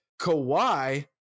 Kawhi